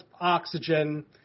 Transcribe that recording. oxygen